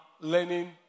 learning